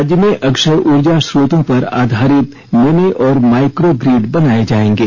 राज्य में अक्षय ऊर्जा श्रोतों पर आधारित मिनी और माइक्रो ग्रिड बनाए जाएंगे